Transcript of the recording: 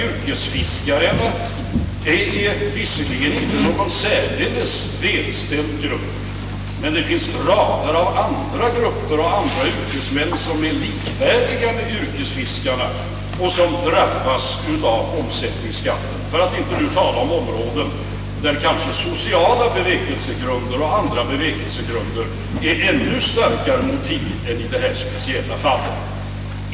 Yrkesfiskarna är visserligen inte någon särdeles välbeställd grupp, men det finns rader av andra grupper av yrkesmän som är likvärdiga med yrkesfiskarna och som drabbas av omsättningsskatten — för att inte tala om områden där sociala och andra bevekelsegrunder utgör ännu starkare motiv än i detta speciella fall.